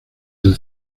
del